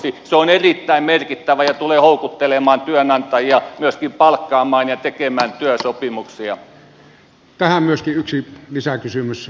se on erittäin merkittävää ja tulee houkuttelemaan työnantajia myöskin palkkaamaan ja tekemään työsopimuksia